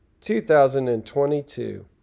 2022